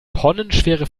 tonnenschwere